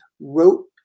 wrote